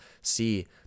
see